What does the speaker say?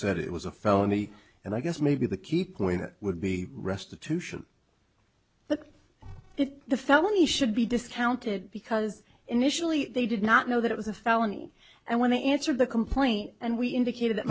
said it was a felony and i guess maybe the key point would be restitution if the felony should be discounted because initially they did not know that it was a felony and when they answered the complaint and we indicated that